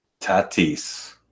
Tatis